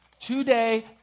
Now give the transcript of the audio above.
today